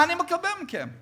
מה אני מקבל מכם?